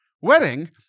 wedding